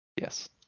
Yes